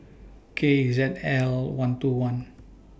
K Z L one two one